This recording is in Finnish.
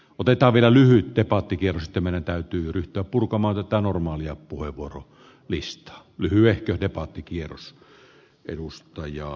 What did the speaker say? otetaan edellyttää paatti tiedostaminen täytyy ryhtyä purkamaan että normaalia puhevuoro listaa lyhyehkö jopa arvoisa puhemies